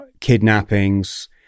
kidnappings